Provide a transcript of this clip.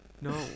no